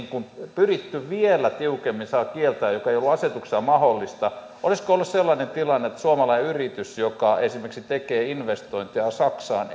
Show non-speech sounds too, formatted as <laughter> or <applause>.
pyritty vielä tiukemmin kieltämään joka ei ollut asetuksissa mahdollista olisiko ollut sellainen tilanne että suomalainen yritys joka esimerkiksi tekee investointeja saksaan <unintelligible>